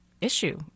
issue